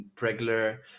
Regular